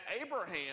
Abraham